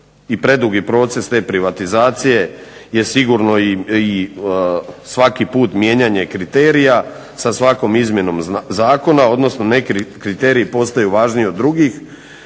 i predugi proces te privatizacije je sigurno i svaki put mijenjanje kriterija sa svakom izmjenom zakona, odnosno neki kriteriji postaju važniji od drugih.